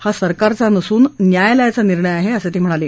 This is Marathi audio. हा सरकारचा नसून न्यायालयाचा निर्णय आहे असं ते म्हणाले